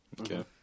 Okay